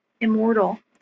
immortal